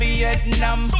Vietnam